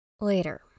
Later